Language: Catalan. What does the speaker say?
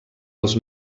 els